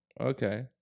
Okay